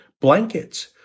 blankets